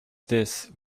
this